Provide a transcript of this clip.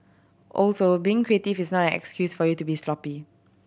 also being creative is not an excuse for you to be sloppy